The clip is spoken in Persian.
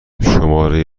شماره